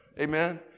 amen